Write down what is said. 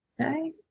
Okay